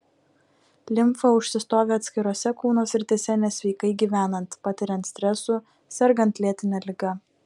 limfa užsistovi atskirose kūno srityse nesveikai gyvenant patiriant stresų sergant lėtine liga